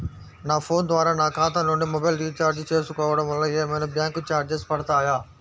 నా ఫోన్ ద్వారా నా ఖాతా నుండి మొబైల్ రీఛార్జ్ చేసుకోవటం వలన ఏమైనా బ్యాంకు చార్జెస్ పడతాయా?